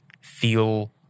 feel